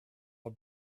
are